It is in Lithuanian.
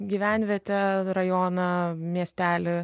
gyvenvietę rajoną miestelį